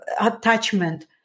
attachment